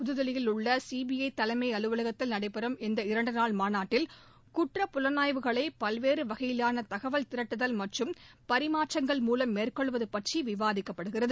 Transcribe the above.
புது தில்லியில் உள்ள சி பி ஐ தலைமை அலுவலகத்தில் நடைபெறும் இந்த இரண்டு நாள் மாநாட்டில் குற்றப் புலனாய்வுகளை பல்வேறு வகையிலான தகவல் திரட்டுதல் மற்றும் பரிமாற்றங்கள் மூலம் மேற்கொள்வது பற்றி விவாதிக்கப்படுகிறது